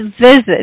visit